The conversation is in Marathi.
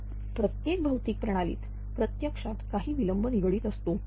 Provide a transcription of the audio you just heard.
तर प्रत्येक भौतिक प्रणालीत प्रत्यक्षात काही विलंब निगडित असतो